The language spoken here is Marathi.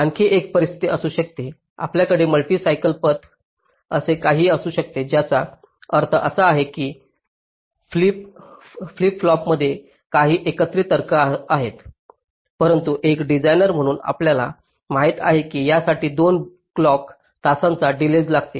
आणखी एक परिस्थिती असू शकते आपल्याकडे मल्टी सायकल पथ असे काहीतरी असू शकते ज्याचा अर्थ असा आहे की फ्लिप फ्लॉपमध्ये काही एकत्रित तर्क आहे परंतु एक डिझाइनर म्हणून आपल्याला माहित आहे की यासाठी 2 क्लॉक तासांच्या डिलेज लागतील